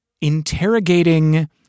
interrogating